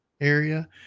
area